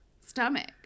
stomach